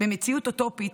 במציאות אוטופית,